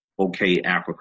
okayafrica